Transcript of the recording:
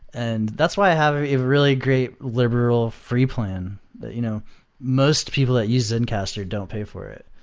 and that's why i have a really great liberal free plan that you know most people that use zencastr don't pay for it.